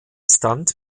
stunt